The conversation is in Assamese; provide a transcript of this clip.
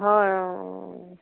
হয় অঁ অঁ